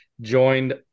joined